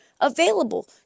available